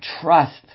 trust